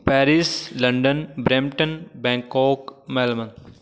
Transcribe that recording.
Paris London Brampton Bangkok Melbourne